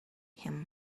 him